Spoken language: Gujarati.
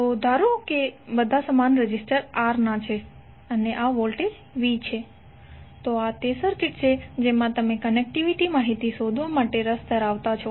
તો ધારો કે બધા સમાન રેઝિસ્ટર R ના છે અને આ વોલ્ટેજ V છે તો આ તે સર્કિટ છે જેમા તમે કનેક્ટિવિટી માહિતી શોધવા માટે રસ ધરાવતા હો